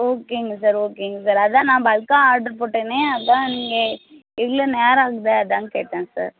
ஓகேங்க சார் ஓகேங்க சார் அதான் நான் பல்காக ஆர்ட்ரு போட்டேனே அதான் நீங்கள் இல்லை நேரம் ஆகுதே அதான் கேட்டேன் சார்